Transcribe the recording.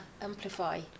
amplify